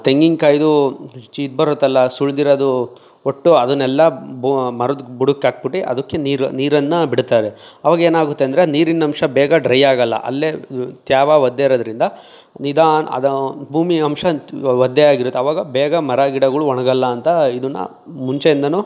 ತೆಂಗಿನ ಕಾಯ್ದು ಚಿ ಬರುತ್ತಲ್ಲ ಸುಳಿದಿರೋದು ಒಟ್ಟು ಅದನ್ನೆಲ್ಲ ಬೊ ಮರದ ಬುಡಕ್ಕಾಕ್ಬಿಟ್ಟು ಅದಕ್ಕೆ ನೀರು ನೀರನ್ನು ಬಿಡ್ತಾರೆ ಆವಾಗೇನಾಗುತ್ತೆ ಅಂದರೆ ನೀರಿನಂಶ ಬೇಗ ಡ್ರೈ ಆಗಲ್ಲ ಅಲ್ಲೇ ತ್ಯಾವ ಒದ್ದೆ ಇರೋದರಿಂದ ನಿಧಾನ ಅದ ಭೂಮಿಯಂಶ ಒದ್ದೆಯಾಗಿರತ್ತೆ ಆವಾಗ ಬೇಗ ಮರಗಿಡಗಳು ಒಣಗಲ್ಲ ಅಂತ ಇದನ್ನು ಮುಂಚೆಯಿಂದಲೂ